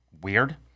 weird